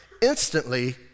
Instantly